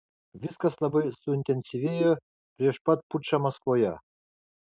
viskas labai suintensyvėjo prieš pat pučą maskvoje